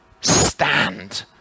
stand